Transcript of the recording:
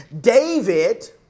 David